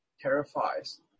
terrifies